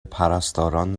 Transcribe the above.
پرستاران